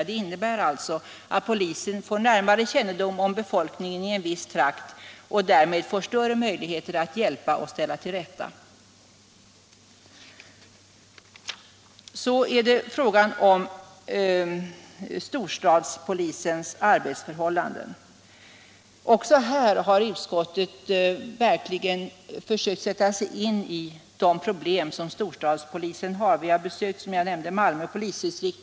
Det betyder att poliser får närmare kännedom om befolkningen i en viss trakt och därmed får större möjligheter att hjälpa och ställa till rätta. När det gäller frågan om storstadspolisens arbetsförhållanden har utskottet verkligen försökt sätta sig in i de problem som storstadspolisen har. Som jag nämnde har vi besökt Malmö polisdistrikt.